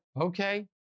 okay